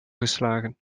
geslagen